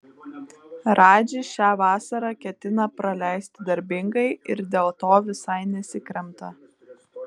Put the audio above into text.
radži šią vasarą ketina praleisti darbingai ir dėl to visai nesikremta